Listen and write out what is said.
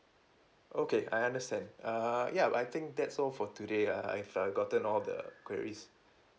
okay I understand uh yup I think that's all for today ah I've I've gotten all the queries